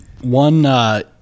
one